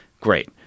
Great